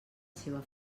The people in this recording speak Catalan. seva